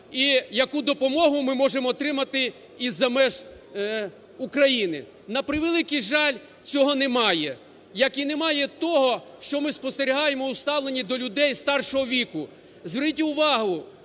І яку допомогу ми можемо отримати із-за меж України? На превеликий жаль, цього не має. Як і не має того, що ми спостерігаємо у ставленні до людей старшого віку. Зверніть увагу,